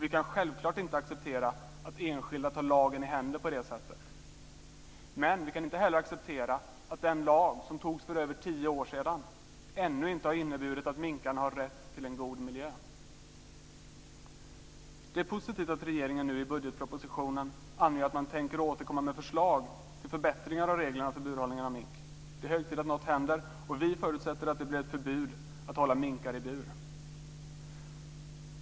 Vi kan självklart inte acceptera att enskilda tar lagen i egna händer på det sättet. Men vi kan inte heller acceptera att den lag som antogs för över tio år sedan ännu inte har inneburit att minkarna har rätt till en god miljö. Det är positivt att regeringen i budgetpropositionen har angett att man tänker återkomma med förslag till förbättring av reglerna för burhållning av mink. Det är hög tid att något händer, och vi förutsätter att det blir förbud att hålla minkar i bur.